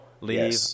leave